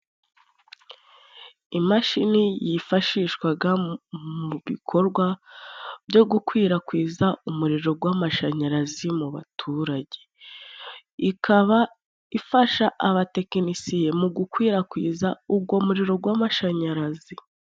Imashini yifashishwaga mu bikorwa byo gukwirakwiza umuriro gw'amashanyarazi mu baturage. Ikaba ifasha abatekinisiye mu gukwirakwiza ugo muriro gw'amashanyarazi.